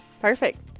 Perfect